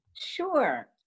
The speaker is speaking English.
Sure